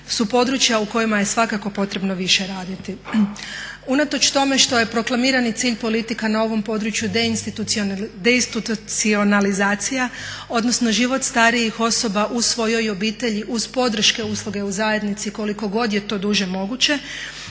su područja u kojima je svakako potrebno više raditi. Unatoč tome što je proklamirani cilj politika na ovom području deinstitucionalizacija odnosno život starijih osoba u svojoj obitelji uz podrške usluge u zajednici koliko god je to duže moguće.